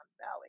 Valley